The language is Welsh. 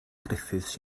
griffiths